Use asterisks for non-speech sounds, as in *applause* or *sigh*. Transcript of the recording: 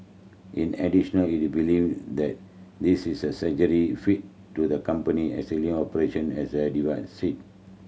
in additional it believe that this is a *unintelligible* fit to the company existing operation as it *unintelligible*